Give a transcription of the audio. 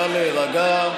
נא להירגע.